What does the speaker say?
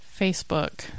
Facebook